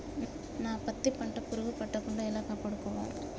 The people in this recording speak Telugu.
నా పత్తి పంట పురుగు పట్టకుండా ఎలా కాపాడుకోవాలి?